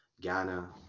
Ghana